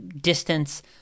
distance